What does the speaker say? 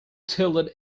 tilted